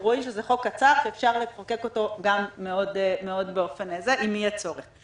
רואים שזה חוק קצר שאפשר לחוקק אותו גם באופן מהיר אם יהיה צורך.